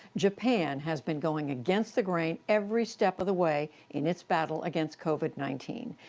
japan has been going against the grain every step of the way in its battle against covid nineteen.